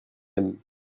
même